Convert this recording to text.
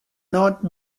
not